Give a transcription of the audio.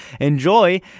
enjoy